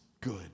good